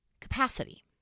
capacity